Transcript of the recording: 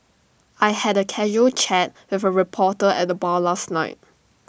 I had A casual chat with A reporter at the bar last night